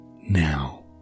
Now